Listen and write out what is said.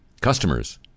customers